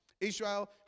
Israel